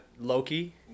Loki